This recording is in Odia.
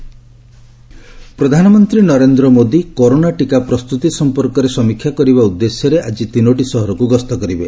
ପିଏମ୍ ଭିଜିଟ୍ ପ୍ରଧାନମନ୍ତ୍ରୀ ନରେନ୍ଦ୍ର ମୋଦି କରୋନା ଟୀକା ପ୍ରସ୍ତୁତି ସମ୍ପର୍କରେ ସମୀକ୍ଷା କରିବା ଉଦ୍ଦେଶ୍ୟରେ ଆଳି ତିନୋଟି ସହରକୃ ଗସ୍ତ କରିବେ